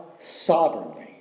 sovereignly